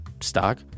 stock